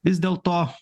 vis dėlto